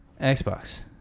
Xbox